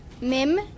MIM